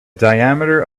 diameter